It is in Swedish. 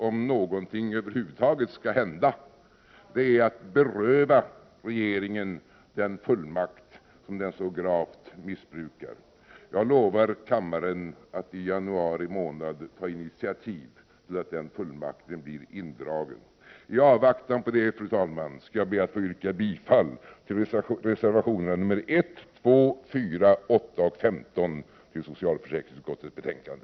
Om någonting över huvud taget skall hända, måste regeringen berövas den fullmakt som nu så gravt missbrukas. Jag lovar kammaren att i januari månad ta initiativ till att den fullmakten blir indragen. Fru talman! I avvaktan på det skall jag be att få yrka bifall till reservationerna 1, 2, 3, 4, 8 och 15 i socialförsäkringsutskottets betänkande.